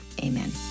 amen